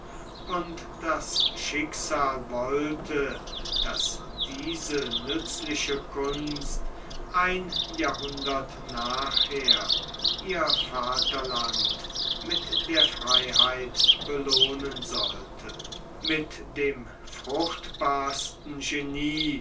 und das schicksal wollte daß diese nützliche kunst ein jahrhundert nachher ihr vaterland mit der freiheit belohnen sollte mit dem fruchtbarsten genie